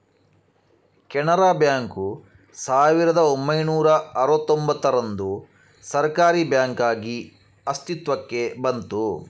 Canara bank ಸಾವಿರದ ಒಂಬೈನೂರ ಅರುವತ್ತೂಂಭತ್ತರಂದು ಸರ್ಕಾರೀ ಬ್ಯಾಂಕಾಗಿ ಅಸ್ತಿತ್ವಕ್ಕೆ ಬಂತು